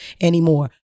anymore